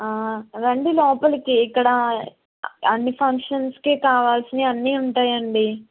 రండి లోపలకి ఇక్కడ అన్ని ఫంక్షన్స్కి కావాల్సిన అన్ని ఉంటాయండి